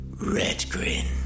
Redgrin